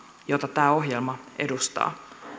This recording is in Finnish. jota tämä ohjelma edustaa